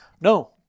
No